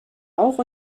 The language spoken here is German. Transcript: auch